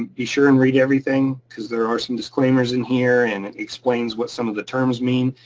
and be sure and read everything cause there are some disclaimers in here, and it explains what some of the terms mean.